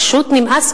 פשוט נמאס,